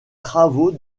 travaux